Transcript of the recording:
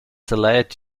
delayed